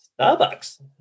Starbucks